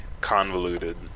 convoluted